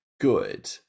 good